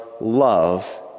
love